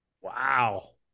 Wow